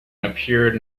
appeared